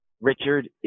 Richard